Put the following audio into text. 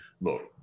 look